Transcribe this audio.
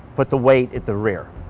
put the weight at the rear.